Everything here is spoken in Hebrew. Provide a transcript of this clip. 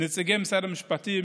נציגי משרד המשפטים,